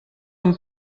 amb